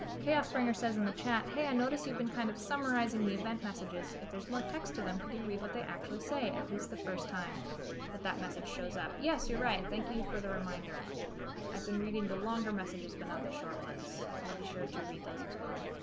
chaos springer says in the chat hey i noticed you've been kind of summarizing the event messages if there's more text to them could you read what they actually say at least the first time that that message shows up yes you're right thank you for the reminder i've been reading the longer messages but not the short ones i'll be sure to read those as well